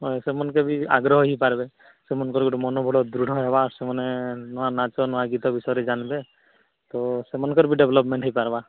ସେମାନଙ୍କ ବି ଆଗ୍ରହ ହେଇ ପାରବେ ସେମାନଙ୍କର ବି ମନ ବଳ ଦୃଢ଼ ହବା ସେମାନେ ନୂଆ ନାଚ ନୂଆ ଗୀତ ବିଷୟରେ ଜାଣିବେ ତ ସେମାନଙ୍କର ବି ଡେଭଲୋପମେଣ୍ଟ ହେଇ ପାରିବ